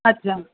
अच्छा